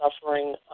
suffering